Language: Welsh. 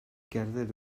gerdded